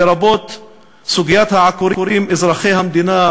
לרבות סוגיית העקורים אזרחי המדינה,